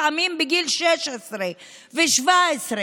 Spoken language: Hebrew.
לפעמים בגיל 16 ו-17,